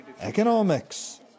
economics